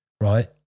right